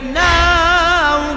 now